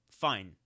Fine